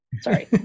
Sorry